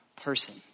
person